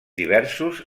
diversos